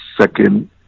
second